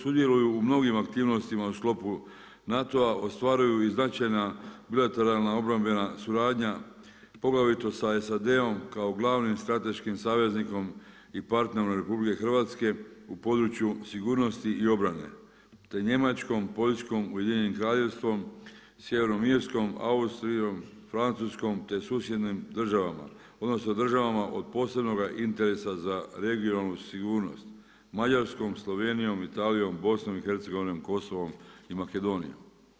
Sudjeluju u mnogim aktivnostima u sklopu NATO-a ostvaruju i značajna bilateralna obrambena suradnja, poglavito sa SAD-om kao glavnim strateškim saveznikom i partnerom RH, u području sigurnosti i obrane, te Njemačkom, Poljskoj, Ujedinjenim Kraljevstvom, Sjevernom Irskom, Austrijom, Francuskoj, te susjednim državama, odnosno, državama od posebnoga interesa za regionalnu sigurnost, Mađarskom, Slovenijom, Italijom, BIH, Kosovom i Makedonijom.